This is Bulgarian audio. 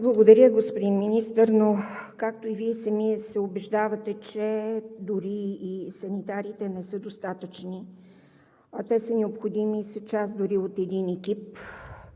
Благодаря, господин Министър, но както и Вие самият се убеждавате, че дори и санитарите не са достатъчни, а те са необходими и са част дори от един екип,